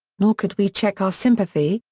nor could we check our sympathy,